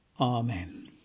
Amen